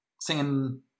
singing